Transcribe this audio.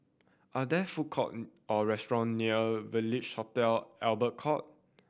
are there food court or restaurant near Village Hotel Albert Court